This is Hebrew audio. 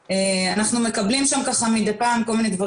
לזכויות אדם יש לי 1.5 רכזות פניות שמקבלות עשרות פניות בימים האחרונים,